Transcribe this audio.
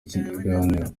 kiganiro